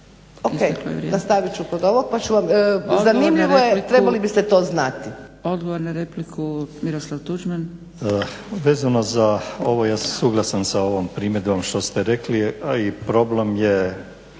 OK, nastavit ću kod ovog, zanimljivo je, trebali biste to znati./… Odgovor na repliku, Miroslav Tuđman. **Tuđman, Miroslav (HDZ)** Vezano za ovo ja sam suglasan sa ovom primjedbom što ste rekli, a i problem je,